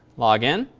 log in.